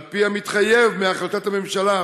על פי המתחייב מהחלטת הממשלה.